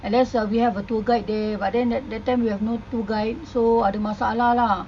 and there's a we have a tour guide there but then at that time we have no tour guide so ada masalah lah